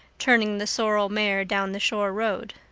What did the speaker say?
turning the sorrel mare down the shore road.